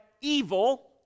evil